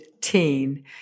teen